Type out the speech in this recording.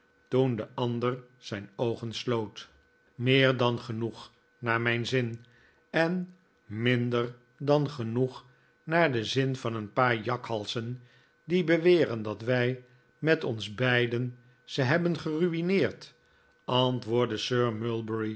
toen de ander zijn oogen sloot meer dan genoeg naar mijn zin en minder dan genoeg naar den zin van een paar jakhalzen die beweren dat wij met ons beiden ze hebben geru'ineerd antwoordde sir